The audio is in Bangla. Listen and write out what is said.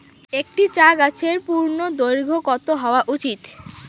একটি চা গাছের পূর্ণদৈর্ঘ্য কত হওয়া উচিৎ?